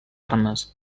armes